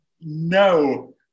No